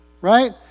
right